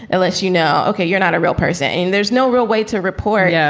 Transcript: it lets you know, okay, you're not a real person and there's no real way to report. yeah